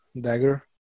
dagger